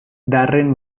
darren